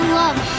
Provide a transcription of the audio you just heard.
love